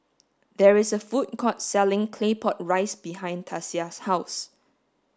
there is a food court selling claypot rice behind Tasia's house